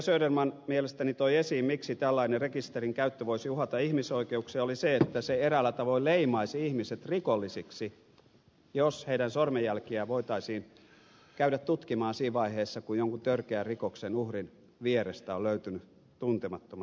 söderman mielestäni toi esiin miksi tällainen rekisterinkäyttö voisi uhata ihmisoikeuksia oli se että se eräällä tavoin leimaisi ihmiset rikollisiksi jos heidän sormenjälkiään voitaisiin käydä tutkimaan siinä vaiheessa kun jonkun törkeän rikoksen uhrin vierestä on löytynyt tuntemattomat sormenjäljet